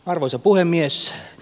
arvoisa puhemies